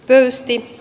pesti